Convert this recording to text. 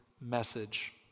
message